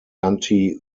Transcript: anti